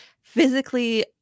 physically